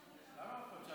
למה עוד חודשיים?